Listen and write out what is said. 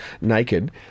naked